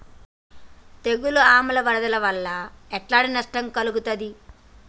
తెగులు ఆమ్ల వరదల వల్ల ఎలాంటి నష్టం కలుగుతది?